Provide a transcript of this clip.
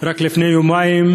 רק לפני יומיים,